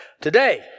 today